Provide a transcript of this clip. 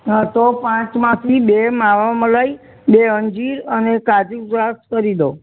હા તો પાંચમાંથી બે માવા મલાઈ બે અંજીર અને કાજુ દ્રાક્ષ કરી દો